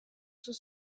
sus